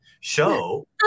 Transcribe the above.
show